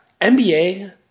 NBA